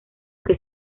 que